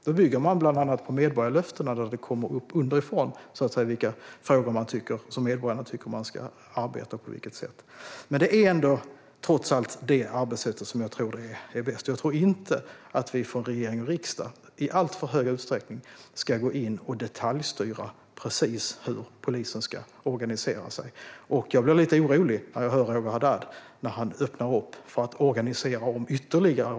Då bygger man bland annat på medborgarlöftena, där det kommer upp underifrån vilka frågor medborgarna tycker att polisen ska arbeta med. Jag tror att det arbetssättet är bäst. Jag tror inte att regering och riksdag i alltför hög utsträckning ska gå in och detaljstyra hur polisen ska organisera sig. Jag blir orolig när Roger Haddad öppnar för att organisera om polisen ytterligare.